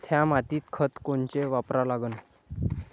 थ्या मातीत खतं कोनचे वापरा लागन?